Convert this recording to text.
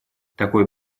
такой